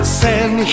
send